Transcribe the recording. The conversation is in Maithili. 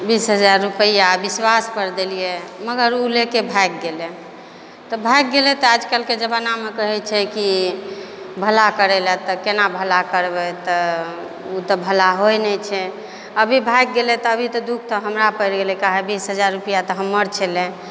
बीस हजार रुपैआ विश्वासपर देलियै मगर ओ लऽ कऽ भागि गेलै तऽ भागि गेलै तऽ आजकलके जमानामे कहै छै कि भला करय लेल तऽ केना भला करबै ओ तऽ भला होइ नहि छै अभी भागि गेलै तऽ अभी तऽ दुख तऽ हमर पड़ि गेलै काहे बीस हजार रुपैआ तऽ हमर छलै